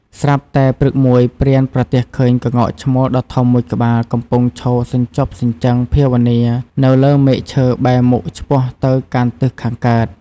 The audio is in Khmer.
ស្រាប់តែព្រឹកមួយព្រានប្រទះឃើញក្ងោកឈ្មោលដ៏ធំមួយក្បាលកំពុងតែឈរសញ្ជប់សញ្ជឹងភាវនានៅលើមែកឈើបែរមុខឆ្ពោះទៅកាន់ទិសខាងកើត។